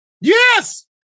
Yes